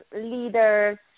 leaders